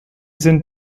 sind